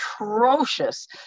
atrocious